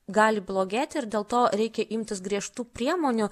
gali blogėti ir dėl to reikia imtis griežtų priemonių